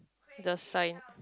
the sign